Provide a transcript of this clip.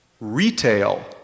Retail